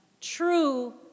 True